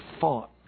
fought